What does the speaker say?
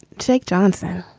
take johnson